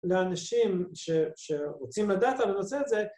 ‫לאנשים שרוצים לדעת על הנושא הזה.